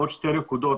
עוד שתי נקודות.